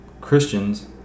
Christians